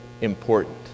important